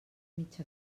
mig